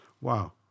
wow